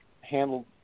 handled